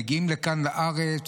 מגיעים לכאן לארץ,